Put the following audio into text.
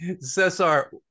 Cesar